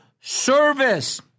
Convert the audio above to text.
service